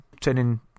turning